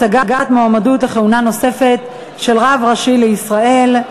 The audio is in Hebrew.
הצגת מועמדות לכהונה נוספת של רב ראשי לישראל),